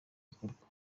gikorwa